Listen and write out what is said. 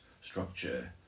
structure